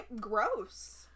gross